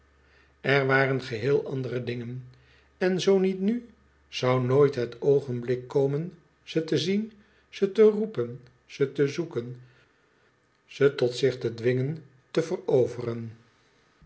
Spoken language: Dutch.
er waren geheel andere dingen en zoo niet nu zou nooit het oogenblik komen ze te zien ze te roepen ze te zoeken ze tot zich te dwingen te veroveren